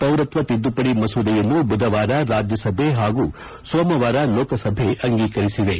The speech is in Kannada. ಪೌರತ್ವ ತಿದ್ದುಪಡಿ ಮಸೂದೆಯನ್ನು ಬುಧವಾರ ರಾಜ್ಲಸಭೆ ಹಾಗೂ ಸೋಮವಾರ ಲೋಕಸಭೆ ಅಂಗೀಕರಿಸಿವೆ